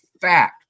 fact